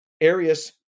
Arius